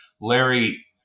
Larry